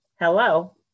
Hello